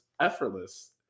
effortless